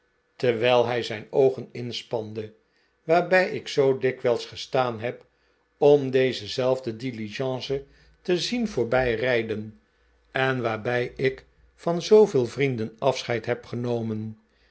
terwijl hij zijn oogen inspande waarbij ik zoo dikwijls gestaan heb om deze zelfde diligence te zien voorbij rij den en waarbij ik van zoo veel vrienden afscheid heb genomen